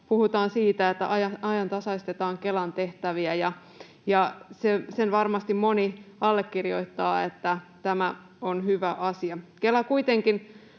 Puhutaan siitä, että ajantasaistetaan Kelan tehtäviä, ja sen varmasti moni allekirjoittaa, että tämä on hyvä asia. Kela kuitenkin